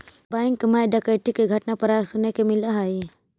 bank मैं डकैती के घटना प्राय सुने के मिलऽ हइ